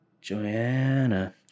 Joanna